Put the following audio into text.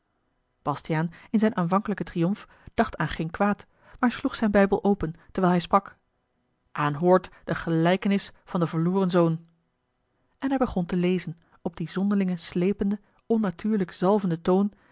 bastiaan in zijn aanvankelijken triomf dacht aan geen kwaad maar sloeg zijn bijbel open terwijl hij sprak aanhoort de gelijkenis van den verloren zoon en hij begon te lezen op dien zonderling sleependen onnatuurlijk zalvenden toon